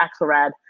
Axelrad